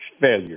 failure